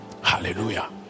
Hallelujah